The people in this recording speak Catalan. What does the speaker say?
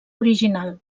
original